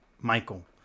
Michael